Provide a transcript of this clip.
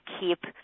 keep